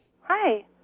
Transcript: Hi